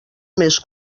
més